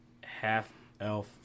half-elf